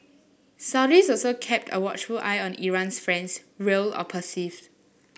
Saudis also kept a watchful eye on Iran's friends real or perceived